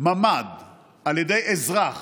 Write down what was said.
ממ"ד על ידי אזרח